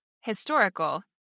historical